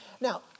now